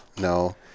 No